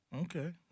okay